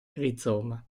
rizoma